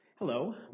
Hello